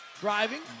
Driving